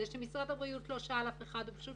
זה שמשרד הבריאות לא שאל אף אחד אלא פשוט